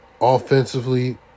Offensively